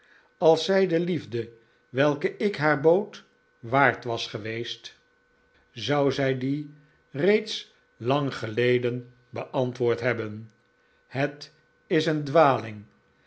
als zij de liefde welke ik haar bood waard was geweest zou zij die reeds lang geleden beantwoord hebben het is een dwaling